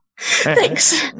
Thanks